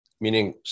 Meaning